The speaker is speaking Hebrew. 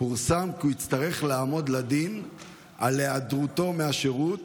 פורסם כי הוא יצטרך לעמוד לדין על היעדרותו מהשירות